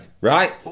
right